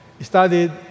studied